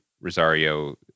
rosario